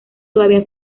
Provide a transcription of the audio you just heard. todavía